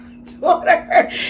Daughter